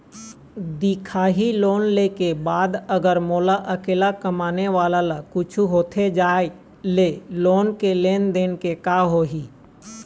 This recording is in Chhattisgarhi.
दिखाही लोन ले के बाद अगर मोला अकेला कमाने वाला ला कुछू होथे जाय ले लोन के लेनदेन के का होही?